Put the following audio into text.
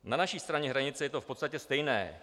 Na naší straně hranice je to v podstatě stejné.